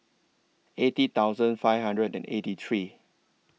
eighty thousand five hundred and eighty three